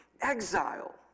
exile